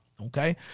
okay